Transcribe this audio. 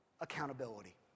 accountability